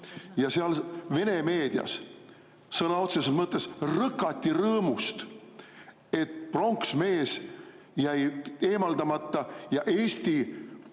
meediat. Vene meedias sõna otseses mõttes rõkati rõõmust, et pronksmees jäi eemaldamata ja Eesti